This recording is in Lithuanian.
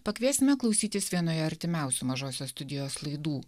pakviesime klausytis vienoje artimiausių mažosios studijos laidų